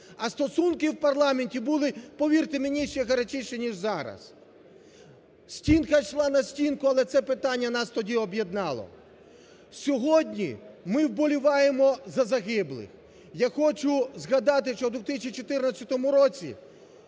А стосунки в парламенті були, повірте мені, ще гарячіше ніж зараз. Стінка йшла на стінку, але це питання нас тоді об'єднало. Сьогодні ми вболіваємо за загиблих. Я хочу згадати, що в 2014 році